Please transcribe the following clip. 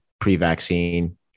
pre-vaccine